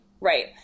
right